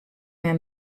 men